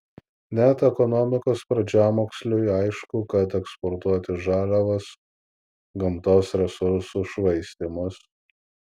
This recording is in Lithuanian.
net ekonomikos pradžiamoksliui aišku kad eksportuoti žaliavas gamtos resursų švaistymas